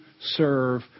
serve